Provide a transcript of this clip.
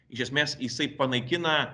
iš esmės jisai panaikina